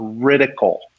critical